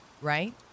right